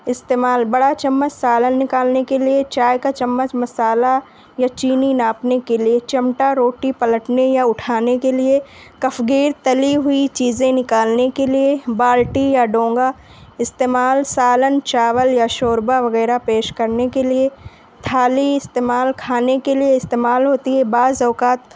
استعمال بڑا چمچ سالن نکالنے کے لیے چائے کا چمچ مسالا یا چینی ناپنے کے لیے چمٹا روٹی پلٹنے یا اٹھانے کے لیے کفگیر تلی ہوئی چیزیں نکالنے کے لیے بالٹی یا ڈونگا استعمال سالن چاول یا شوربہ وغیرہ پیش کرنے کے لیے تھالی استعمال کھانے کے لیے استعمال ہوتی ہے بعض اوقات